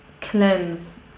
cleanse